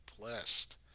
blessed